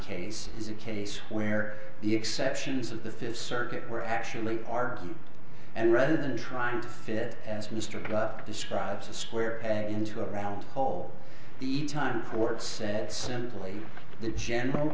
case is a case where the exceptions of the fifth circuit where actually are and rather than trying to fit as mr describes a square peg into a round hole the time ford said simply the general